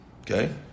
Okay